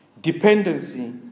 Dependency